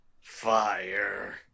Fire